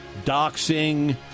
doxing